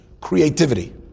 creativity